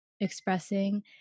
expressing